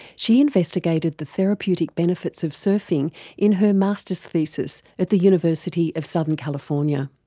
she investigated the therapeutic benefits of surfing in her masters thesis at the university of southern california.